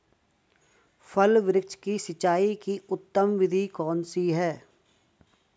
फल वृक्ष की सिंचाई की उत्तम विधि कौन सी है?